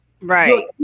Right